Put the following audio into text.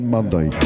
Monday